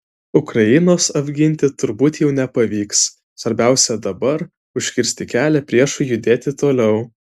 ukrainos apginti turbūt jau nepavyks svarbiausia dabar užkirsti kelią priešui judėti toliau